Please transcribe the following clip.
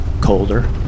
colder